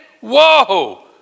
Whoa